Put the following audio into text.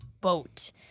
boat